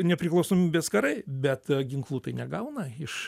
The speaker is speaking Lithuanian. nepriklausomybės karai bet ginklų tai negauna iš